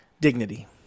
dignity